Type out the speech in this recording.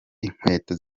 inkweto